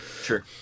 Sure